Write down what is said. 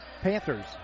Panthers